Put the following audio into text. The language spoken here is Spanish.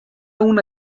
una